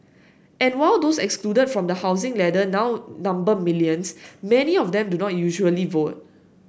and while those excluded from the housing ladder now number millions many of them do not usually vote